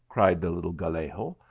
cried the little gallego.